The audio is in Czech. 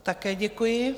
Také děkuji.